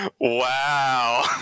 wow